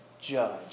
judge